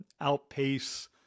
outpace